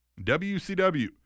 WCW